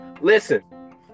listen